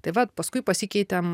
tai vat paskui pasikeitė